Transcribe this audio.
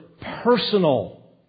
personal